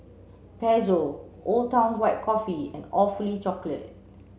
Pezzo Old Town White Coffee and Awfully Chocolate